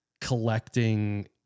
collecting